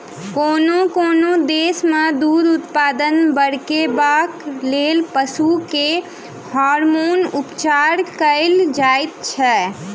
कोनो कोनो देश मे दूध उत्पादन बढ़ेबाक लेल पशु के हार्मोन उपचार कएल जाइत छै